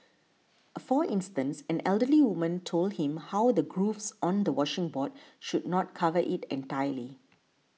for instance an elderly woman told him how the grooves on a washing board should not cover it entirely